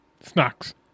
snacks